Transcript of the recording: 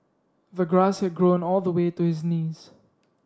the grass had grown all the way to his knees